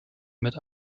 mit